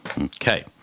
Okay